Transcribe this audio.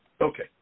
Okay